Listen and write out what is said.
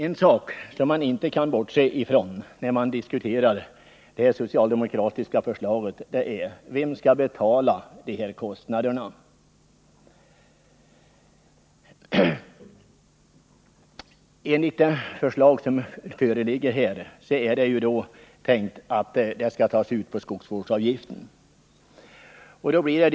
En fråga som man inte kan bortse från när man diskuterar det socialdemokratiska förslaget är: Vem skall betala de här kostnaderna? Enligt det förslag som föreligger är det tänkt att de skall tas ut på skogsvårdsavgifterna.